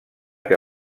que